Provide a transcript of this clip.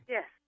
Yes